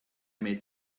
made